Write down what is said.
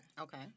Okay